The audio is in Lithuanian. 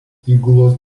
įgulos